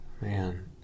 Man